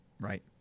Right